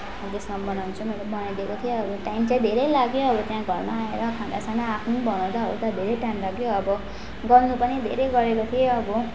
त्यसमा बनाउनु चाहिँ मैले बनाइदिएको थिएँ अब टाइम चाहिँ धेरै लाग्यो अब त्यहाँ घरमा आएर खाना साना आफ्नो बनाउँदा ओर्दा धेरै टाइम लाग्यो अब गल्नु पनि धेरै गलेको थिएँ अब